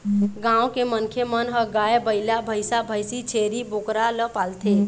गाँव के मनखे मन ह गाय, बइला, भइसा, भइसी, छेरी, बोकरा ल पालथे